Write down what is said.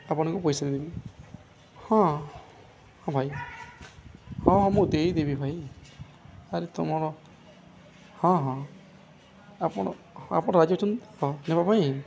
ଆପଣଙ୍କୁ ପଇସା ଦେବି ହଁ ହଁ ଭାଇ ହଁ ହଁ ମୁଁ ଦେଇ ଦେବି ଭାଇ ଆରେ ତୁମର ହଁ ହଁ ଆପଣ ଆପଣ ରାଜି ଅଛନ୍ତି ତ ନେବା ପାଇଁ